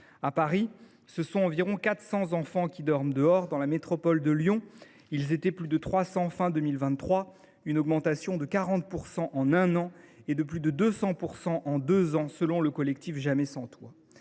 À Paris, ce sont environ 400 enfants qui dorment dehors. Dans la métropole de Lyon, ils étaient plus de 300 à la fin de l’année 2023, soit une augmentation de 40 % en un an et de plus de 200 % en deux ans, selon le collectif Jamais sans toit.